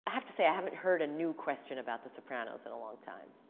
i have to say, i haven't heard a new question about the sopranos in a long time.